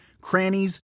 crannies